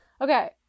Okay